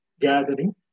gathering